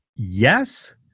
Yes